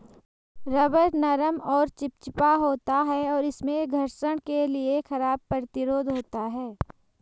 rubber नरम और चिपचिपा होता है, और इसमें घर्षण के लिए खराब प्रतिरोध होता है